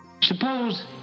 Suppose